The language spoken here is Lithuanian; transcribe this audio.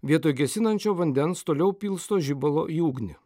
vietoj gesinančio vandens toliau pilsto žibalo į ugnį